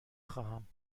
خواهم